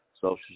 Social